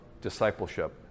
discipleship